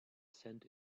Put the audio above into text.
cent